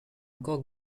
encore